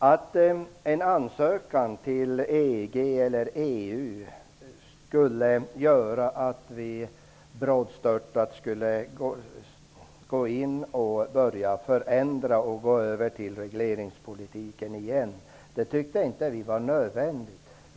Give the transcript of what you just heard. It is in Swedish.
Att en ansökan till EG eller EU skulle innebära att vi brådstörtat måste börja förändra och åter gå över till regleringspolitiken tyckte vi inte var nödvändigt.